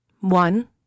One